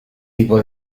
tipo